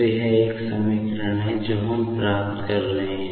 तो यह एक समीकरण है जो हम प्राप्त कर रहे हैं